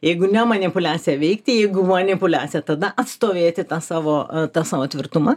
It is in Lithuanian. jeigu ne manipuliacija veikti jeigu manipuliacija tada atstovėti tą savo tą savo tvirtumą